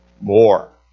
more